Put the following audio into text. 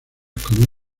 con